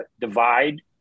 divide